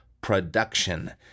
production